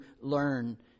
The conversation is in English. learn